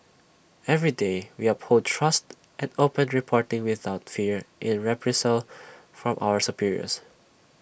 every day we uphold trust and open reporting without fear in reprisal from our superiors